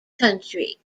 country